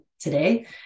today